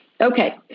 Okay